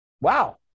Wow